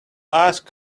ask